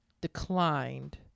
declined